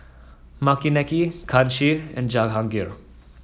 Makineni Kanshi and Jahangir